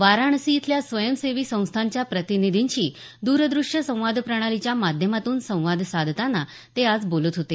वाराणसी इथल्या स्वयं सेवी संस्था प्रतिनिधींना द्र दृष्य संवाद प्रणालीच्या माध्यमातून संवाद साधताना ते आज बोलत होते